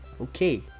Okay